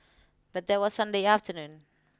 but that was Sunday afternoon